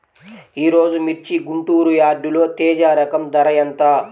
ఈరోజు మిర్చి గుంటూరు యార్డులో తేజ రకం ధర ఎంత?